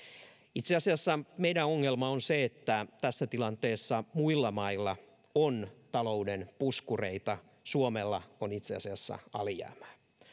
itse asiassa meidän ongelmamme on se että tässä tilanteessa muilla mailla on talouden puskureita suomella on itse asiassa alijäämää